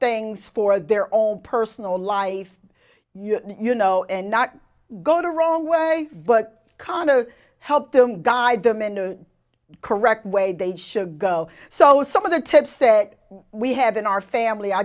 things for their own personal life you know and not go to wrong way but khan to help them guide them in the correct way they should go so some of the tips that we have in our family i